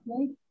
okay